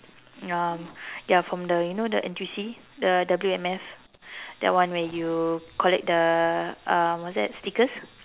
um ya from the you know the N_T_U_C the W_M_F that one where you collect the um what's that stickers